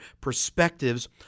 perspectives